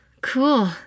Cool